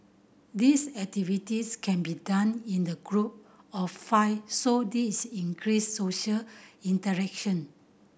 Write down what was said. these activities can be done in the group of five so this increase social interaction